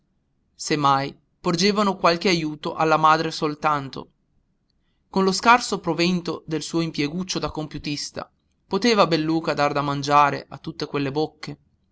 mai porgevano qualche ajuto alla madre soltanto con lo scarso provento del suo impieguccio di computista poteva belluca dar da mangiare a tutte quelle bocche